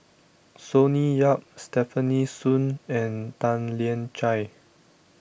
Sonny Yap Stefanie Sun and Tan Lian Chye